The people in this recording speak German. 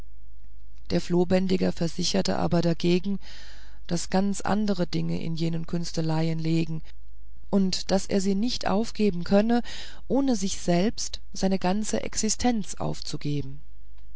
der flohbändiger versicherte aber dagegen daß ganz andere dinge in jenen künsteleien lägen und daß er sie nicht aufgeben könne ohne sich selbst seine ganze existenz aufzugeben